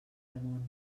món